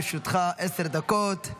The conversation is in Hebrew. בבקשה, לרשותך עשר דקות.